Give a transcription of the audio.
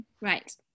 Right